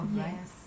yes